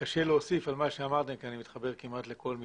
קשה להוסיף על מה שאמרתם כי אני מתחבר כמעט לכל מילה,